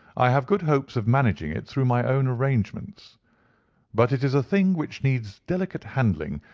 i have good hopes of managing it through my own arrangements but it is a thing which needs delicate handling,